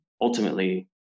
ultimately